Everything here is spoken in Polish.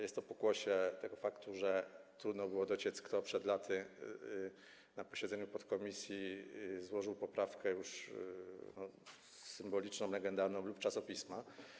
Jest to pokłosie tego faktu, że trudno było dociec, kto przed laty na posiedzeniu podkomisji złożył poprawkę, dziś już symboliczną, legendarną: „lub czasopisma”